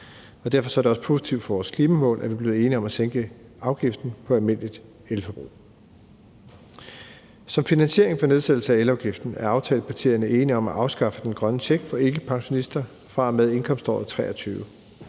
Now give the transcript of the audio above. derfor er det også positivt for vores klimamål, at vi er blevet enige om at sænke afgiften på almindeligt elforbrug. Som finansiering af nedsættelsen af elafgiften er aftalepartierne enige om at afskaffe den grønne check for ikkepensionister fra og med indkomståret 2023.